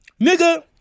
nigga